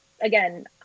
again